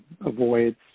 avoids